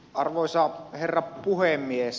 arvoisa herra puhemies